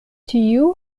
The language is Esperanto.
tiu